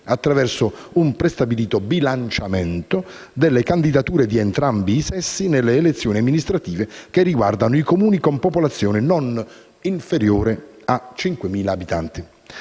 attraverso un prestabilito bilanciamento delle candidature di entrambi i sessi nelle elezioni amministrative che riguardano i Comuni con popolazione non inferiore a 5.000 abitanti.